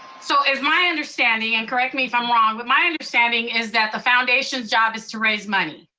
so as my understanding, and correct me if i'm wrong, but my understanding is that the foundation's job is to raise money,